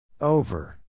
over